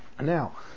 Now